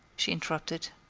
she interrupted.